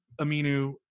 Aminu